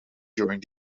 during